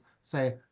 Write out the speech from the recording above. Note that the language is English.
say